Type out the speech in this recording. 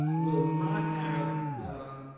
will not have a